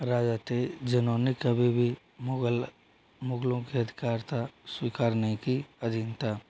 राजा थे जिन्होंने कभी भी मुगल मुगलों के अधिकारता स्वीकार नहीं की अधीनता